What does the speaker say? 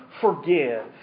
forgive